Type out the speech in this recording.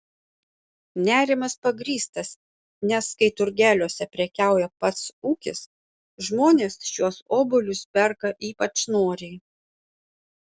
nerimas pagrįstas nes kai turgeliuose prekiauja pats ūkis žmonės šiuos obuolius perka ypač noriai